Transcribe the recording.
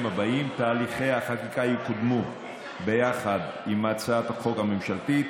הבאים: תהליכי החקיקה יקודמו ביחד עם הצעת החוק הממשלתית,